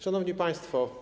Szanowni Państwo!